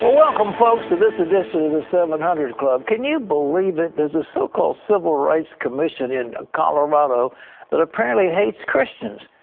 welcome, folks, to this edition of the seven hundred club. can you believe it? there is a so-called civil rights commission in colorado that apparently hates christians.